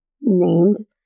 named